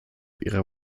ihrer